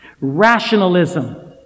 Rationalism